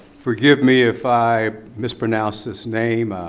forgive me if i mispronounce this name,